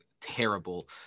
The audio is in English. terrible